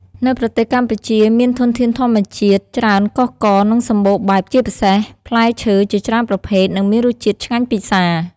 នៅប្រទេសកម្ពុជាមានធនធានធម្មជាតិច្រើនកុះករ និងសម្បូរបែបជាពិសេសផ្លែឈើជាច្រើនប្រភេទនិងមានរសជាតិឆ្ងាញ់ពិសារ។